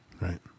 Right